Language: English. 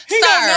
sir